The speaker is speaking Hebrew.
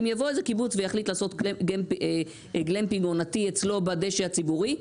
אם יבוא איזה קיבוץ ויחליט לעשות גלמפינג עונתי אצלו בדשא הציבורי,